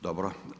Dobro.